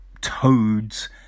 Toads